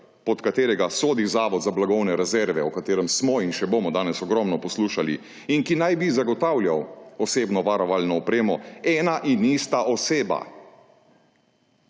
pod katerega sodi Zavod za blagovne rezerve, o katerem smo in še bomo danes ogromno poslušali in ki naj bi zagotavljal osebno varovalno opremo, ena ista oseba.